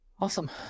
Awesome